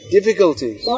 Difficulties